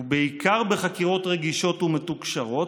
ובעיקר בחקירות רגישות ומתוקשרות,